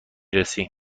رسی